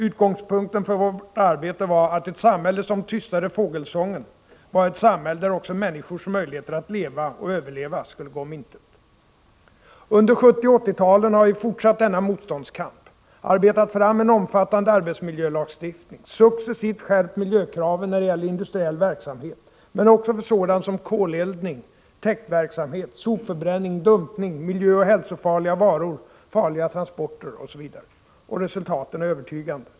Utgångspunkten för vårt arbete var att ett samhälle som tystade fågelsången var ett samhälle där också människors möjligheter att leva, och överleva, skulle gå om intet. Under 1970 och 1980-talen har vi fortsatt denna motståndskamp. Vi har arbetat fram en omfattande arbetsmiljölagstiftning och successivt skärpt miljökraven när det gäller industriell verksamhet men också för sådant som koleldning, täktverksamhet, sopförbränning, dumpning, miljöoch hälsofarliga varor, farliga transporter, osv. Resultaten är övertygande.